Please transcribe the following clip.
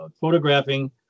photographing